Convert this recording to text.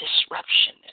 disruption